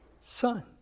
Son